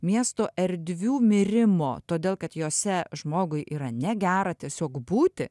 miesto erdvių mirimo todėl kad jose žmogui yra negera tiesiog būti